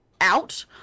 out